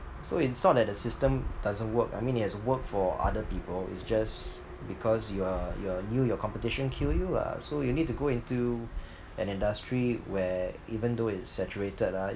so it's not that the system doesn't work I mean it has worked for other people it's just because you are you are new your competition kill you lah so you need to go into an industry where even though it's saturated ah